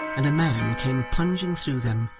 and a man came plunging through them,